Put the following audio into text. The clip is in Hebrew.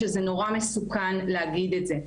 שזה נורא מסוכן להגיד את זה.